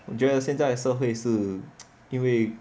你觉得现代社会是因为